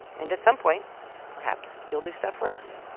and at some point perhaps, you'll do stuff for us